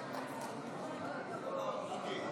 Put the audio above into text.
בבקשה, גברתי.